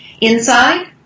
inside